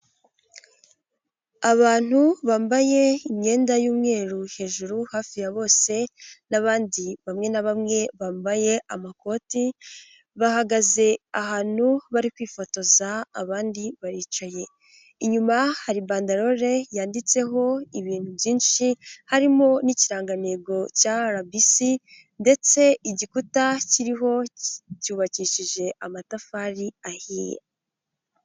Abantu bambaye imyenda y'umweru hejuru hafi ya bose n'abandi bamwe na bamwe bambaye amakoti, bahagaze ahantu bari kwifotoza abandi baricaye, inyuma hari bandalole yanditseho ibintu byinshi harimo n'ikirangantego cya RBC ndetse igikuta kiriho cyubakishije amatafari ahiye.